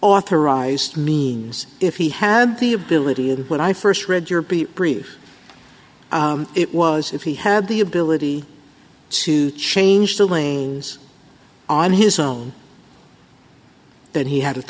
authorized means if he had the ability and when i st read your be brief it was if he had the ability to change the lanes on his own that he had